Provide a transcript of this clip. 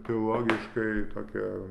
teologiškai tokia